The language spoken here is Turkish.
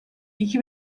iki